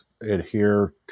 adhere